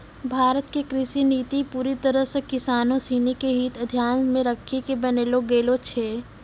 भारत के कृषि नीति पूरी तरह सॅ किसानों सिनि के हित क ध्यान मॅ रखी क बनैलो गेलो छै